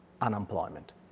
unemployment